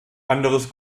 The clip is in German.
anderes